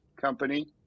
company